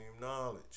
knowledge